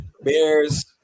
Bears